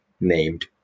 named